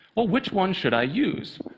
well which one should i use?